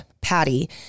patty